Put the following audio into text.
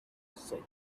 said